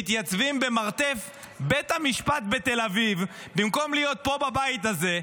מתייצבים במרתף בית המשפט בתל אביב במקום להיות פה בבית הזה,